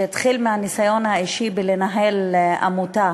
שהתחיל מהניסיון האישי בניהול עמותה.